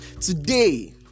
Today